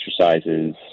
exercises